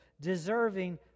deserving